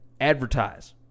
advertise